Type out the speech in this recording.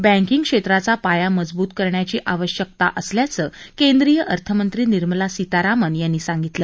banking क्षेत्राचा पाया मजबूत करण्याची आवश्यकता असल्याचं केंद्रीय अर्थमंत्री निर्मला सीतारामन यांनी सांगितलं